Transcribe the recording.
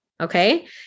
Okay